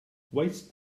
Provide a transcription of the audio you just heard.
waste